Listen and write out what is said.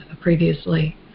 previously